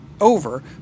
over